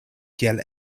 kiel